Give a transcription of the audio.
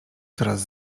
coraz